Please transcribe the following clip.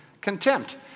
contempt